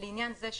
לעניין זה,